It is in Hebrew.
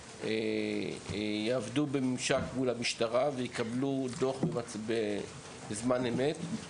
יעבדו בממשק מול המשטרה ויקבלו דו"ח בזמן אמת.